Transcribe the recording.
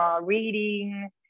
reading